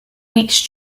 weeks